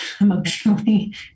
emotionally